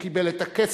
הוא קיבל את הכסף.